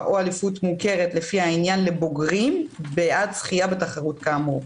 או אליפות מוכרת לפי העניין לבוגרים בעד זכייה בתחרות כאמור,